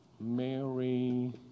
Mary